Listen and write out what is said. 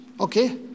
okay